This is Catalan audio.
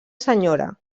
senyora